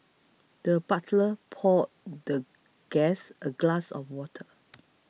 the butler poured the guest a glass of water